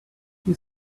you